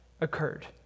occurred